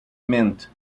meant